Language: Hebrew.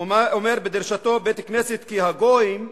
אומר בדרשתו בבית-הכנסת כי הגויים,